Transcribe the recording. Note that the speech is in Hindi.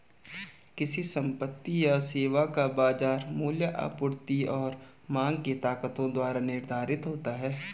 किसी संपत्ति या सेवा का बाजार मूल्य आपूर्ति और मांग की ताकतों द्वारा निर्धारित होता है